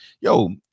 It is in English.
Yo